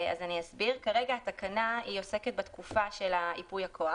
כרגע התקנה עוסקת בתקופה של ייפוי הכוח.